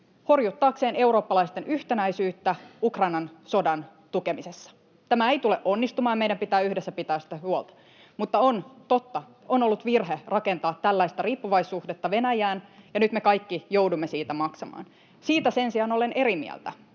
horjuttaakseen eurooppalaisten yhtenäisyyttä Ukrainan sodan tukemisessa. Tämä ei tule onnistumaan. Meidän pitää yhdessä pitää siitä huolta. Mutta on totta, että on ollut virhe rakentaa tällaista riippuvaissuhdetta Venäjään, ja nyt me kaikki joudumme siitä maksamaan. Siitä sen sijaan olen eri mieltä,